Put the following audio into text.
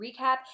recap